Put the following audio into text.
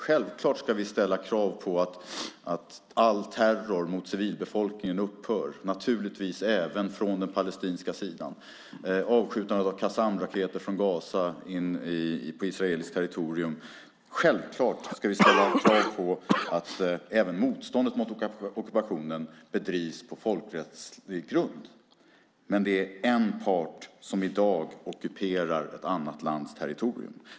Självklart ska vi ställa krav på att all terror mot civilbefolkningen upphör, naturligtvis även från den palestinska sidan. Jag tänker på avskjutandet av Qassamraketer från Gaza in på israeliskt territorium. Självklart ska vi ställa krav på att även motståndet mot ockupationen bedrivs på folkrättslig grund. Men det är en part som i dag ockuperar ett annat lands territorium.